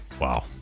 wow